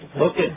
Okay